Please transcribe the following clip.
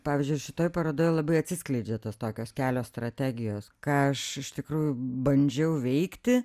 pavyzdžiui ir šitoj parodoj labai atsiskleidžia tos tokios kelios strategijos ką aš iš tikrųjų bandžiau veikti